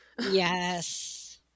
Yes